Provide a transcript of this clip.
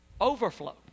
overflow